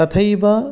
तथैव